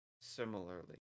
similarly